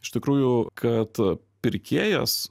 iš tikrųjų kad pirkėjas